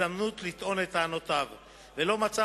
הזדמנות לטעון את טענותיו ולא מצא